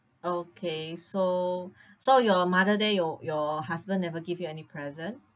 okay so so your mother day your your husband never give you any present